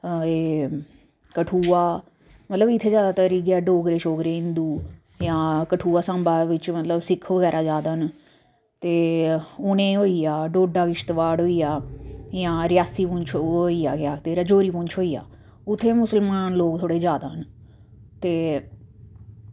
एह् कठुआ मतलब इत्थें जादै इयै डोगरे हिंदु ते कठुआ साम्बा च सिक्ख बगैरा जादै न ते हून एह् होइया डोडा किश्तवाड़ होइया जां रियासी पुंछ होइया रजौरी पुंछ होइया उत्थें मुसलमान लोक थोह्ड़े जादै न ते